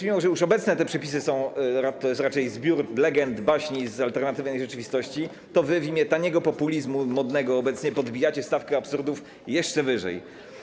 Mimo że już obecne przepisy to raczej zbiór legend, baśni z alternatywnej rzeczywistości, wy w imię taniego populizmu, modnego obecnie, podbijacie stawkę absurdów jeszcze wyżej.